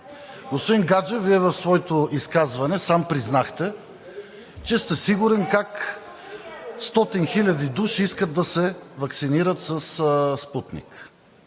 Господин Гаджев, в своето изказване сам признахте, че сте сигурен как стотина хиляди души искат да се ваксинират със „Спутник